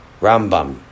Rambam